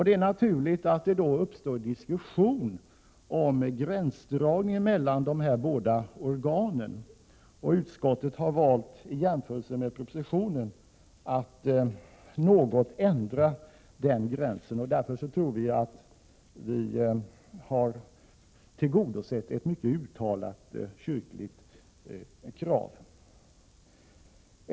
Det är naturligt att det uppstår diskussion om gränsdragningen mellan dessa båda organ. Utskottet har valt att i jämförelse med propositionens förslag något ändra denna gränsdragning. Därmed tror vi att vi har tillgodosett ett mycket uttalat kyrkligt krav.